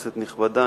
כנסת נכבדה,